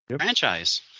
franchise